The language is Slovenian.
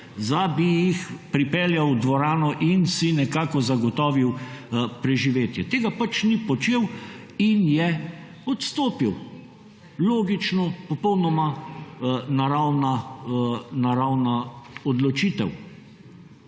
da bi jih pripeljal v dvorano in si nekako zagotovil preživetje. Tega pač ni počel in je odstopil. Logično, popolnoma naravna, naravna odločitev.